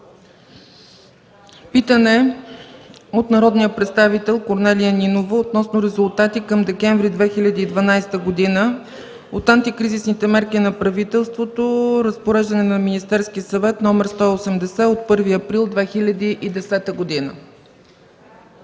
Питане от народния представител Корнелия Нинова относно резултати към декември 2012 г. от антикризисните мерки на правителството, Разпореждане на Министерски съвет № 180 от 1 април 2010 г.